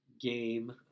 game